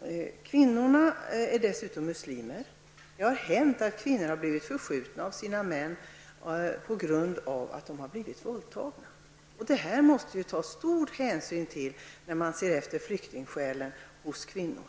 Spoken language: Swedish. Dessa kvinnor är dessutom muslimer och det har hänt att deras män har förskjutit dem på grund av att de har blivit våldtagna. Detta måste man ta stor hänsyn till när man prövar kvinnors flyktingskäl.